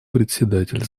председатель